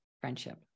friendship